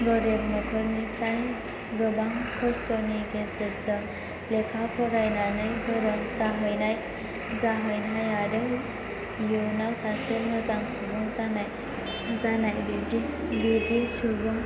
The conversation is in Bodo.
गोरिब न'खरनिफ्राय गोबां खस्थ'नि गेजेरजों लेखा फरायनानै गोरों जाहैनाय आरो इयुनाव सासे मोजां सुबुं जानाय बिदि सुबुं